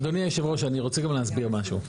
אדוני יושב הראש, אני רוצה גם להסביר משהו.